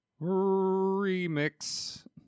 remix